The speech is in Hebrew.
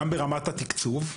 וגם ברמת התקצוב,